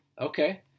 Okay